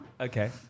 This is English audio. Okay